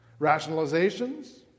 Rationalizations